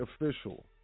official